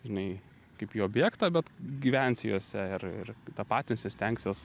žinai kaip į objektą bet gyvensi juose ir ir tapatinsi stengsies